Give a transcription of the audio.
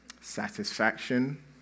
Satisfaction